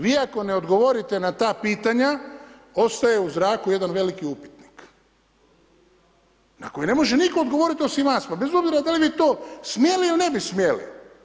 Vi ako ne odgovorite na ta pitanja ostaje u zraku jedan veliki upitnik na koji ne može nitko odgovoriti osim vas pa bez obzira da li bi to smjeli ili ne bi smjeli.